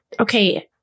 Okay